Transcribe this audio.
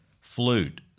flute